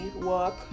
work